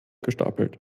gestapelt